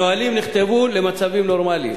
הנהלים נכתבו למצבים נורמליים.